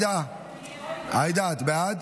עאידה, עאידה, את בעד?